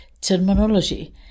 terminology